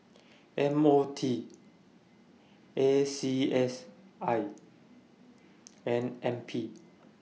M O T A C S I and N P